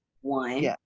one